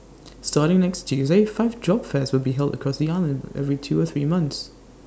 starting next Tuesday five job fairs will be held across the island every two or three months